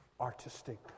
artistic